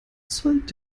zollt